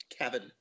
Kevin